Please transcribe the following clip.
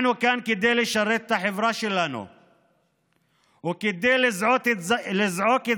אנחנו כאן כדי לשרת את החברה שלנו וכדי לזעוק את